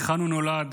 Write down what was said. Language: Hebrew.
היכן הוא נולד,